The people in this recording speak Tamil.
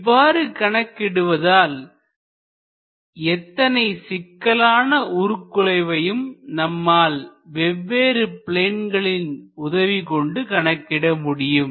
இவ்வாறு கணக்கிடுவதால் எத்தனை சிக்கலான உருகுலைவையும் நம்மால் வெவ்வேறு ப்ளேன்களின் உதவிகொண்டு கணக்கிட முடியும்